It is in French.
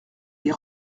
les